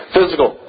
Physical